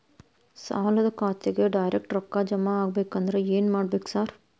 ಸಾಲದ ಖಾತೆಗೆ ಡೈರೆಕ್ಟ್ ರೊಕ್ಕಾ ಜಮಾ ಆಗ್ಬೇಕಂದ್ರ ಏನ್ ಮಾಡ್ಬೇಕ್ ಸಾರ್?